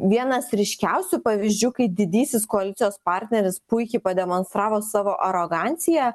vienas ryškiausių pavyzdžių kai didysis koalicijos partneris puikiai pademonstravo savo aroganciją